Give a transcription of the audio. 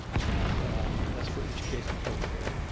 and that's for each case control pair.